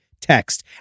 text